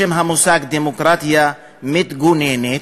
בשם המושג דמוקרטיה מתגוננת,